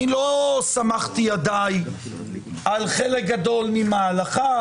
לא סמכתי ידי על חלק גדול ממהלכיו,